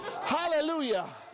Hallelujah